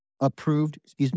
approved